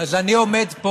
אתה תמים,